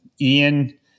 Ian